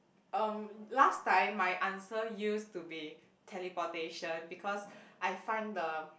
um last time my answer used to be teleportation because I find the